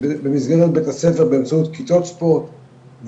במסגרת בית הספר באמצעות כיתות או במועדונים